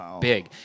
big